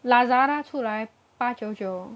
Lazada 出来八九九